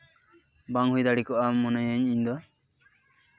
ᱵᱟᱝ ᱦᱩᱭ ᱫᱟᱲᱮ ᱠᱚᱜᱼᱟ ᱢᱚᱱᱮᱭᱟᱹᱧ ᱤᱧ ᱫᱚ